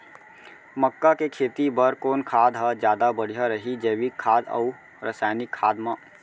मक्का के खेती बर कोन खाद ह जादा बढ़िया रही, जैविक खाद अऊ रसायनिक खाद मा?